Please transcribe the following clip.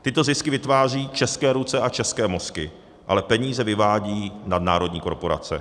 Tyto zisky vytváří české ruce a české mozky, ale peníze vyvádí nadnárodní korporace.